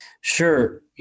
Sure